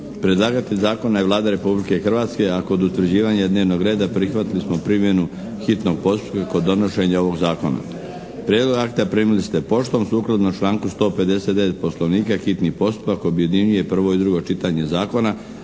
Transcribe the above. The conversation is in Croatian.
Predlagatelj zakona je Vlada Republike Hrvatske, a kod utvrđivanja dnevnog reda prihvatili smo primjenu hitnog postupka kod donošenja ovog zakona. Prijedlog akta primili ste poštom. Sukladno članku 159. Poslovnika hitni postupak objedinjuje prvo i drugo čitanje zakona.